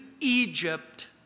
Egypt